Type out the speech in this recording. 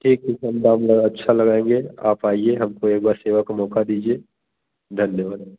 ठीक है सर दाम लगा अच्छा लगाएँगे आप आइए हमको एक बार सेवा का मौक़ा दीजिए धन्यवाद